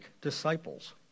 disciples